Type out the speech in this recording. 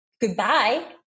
goodbye